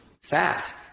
fast